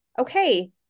okay